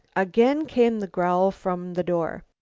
again came the growl from the door.